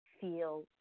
feel